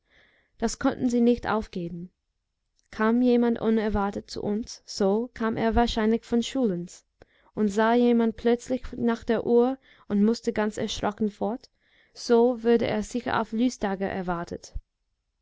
das konnten sie nicht aufgeben kam jemand unerwartet zu uns so kam er wahrscheinlich von schulins und sah jemand plötzlich nach der uhr und mußte ganz erschrocken fort so wurde er sicher auf lystager erwartet